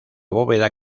bóveda